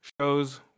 shows